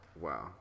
wow